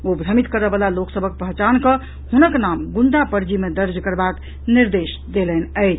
ओ भ्रमित करऽ वला लोक सभक पहचान कऽ हुनक नाम ग्रंडा पंजी मे दर्ज करबाक निर्देश देलनि अछि